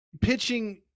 pitching